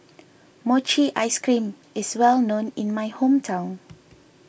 Mochi Ice Cream is well known in my hometown